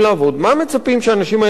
מה מצפים שהאנשים האלה יעשו?